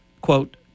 quote